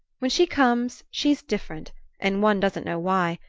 when she comes, she's different and one doesn't know why.